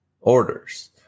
orders